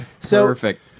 Perfect